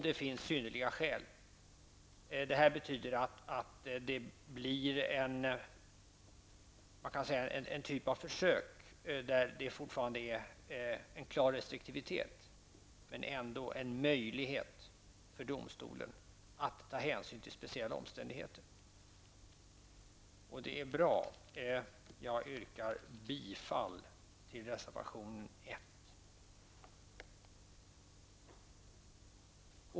Det blir här fråga om ett slags försök, där en klar restriktivitet fortfarande gäller fastän det ändå finns en möjlighet för domstolen att ta hänsyn till speciella omständigheter. Det är bra, och jag yrkar bifall till reservation 1.